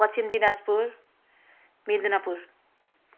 Paschim Dinajpur Midnapore